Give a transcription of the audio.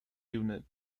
unit